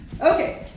Okay